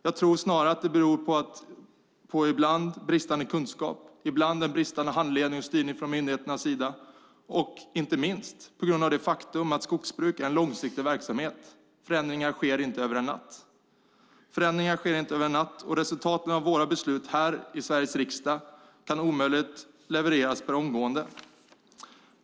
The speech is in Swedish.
Jag tror snarare att det beror på en bristande kunskap ibland, en bristande handledning och styrning från myndigheternas sida ibland och inte minst på det faktum att skogsbruk är en långsiktig verksamhet. Förändringar sker inte över en natt, och resultaten av våra beslut här i riksdagen kan omöjligt levereras per omgående.